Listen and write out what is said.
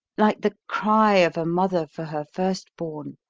like the cry of a mother for her first-born.